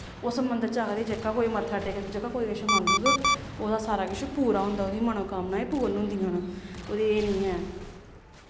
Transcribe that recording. उस मन्दर च आखदे जेह्का कोई मत्था टेकदा जेह्का कोई किश मंगग ओह्दा सारा किश पूरा होंदा ओह्दी मनोकामनाएं पूर्ण होंदियां न ओह्दे एह् नी ऐ